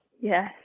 yes